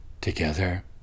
together